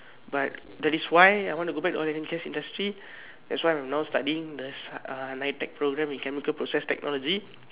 but that is why I want to go back to oil and gas industry that's why I am now studying the ah N_I_T_E_C programme in chemical process technology